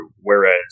Whereas